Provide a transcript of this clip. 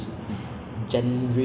so for movies right I like like